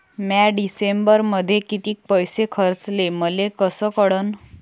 म्या डिसेंबरमध्ये कितीक पैसे खर्चले मले कस कळन?